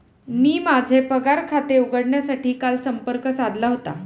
मी माझे पगार खाते उघडण्यासाठी काल संपर्क साधला होता